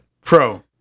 pro